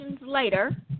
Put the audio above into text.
later